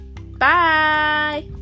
bye